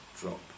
drop